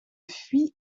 fuit